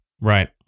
Right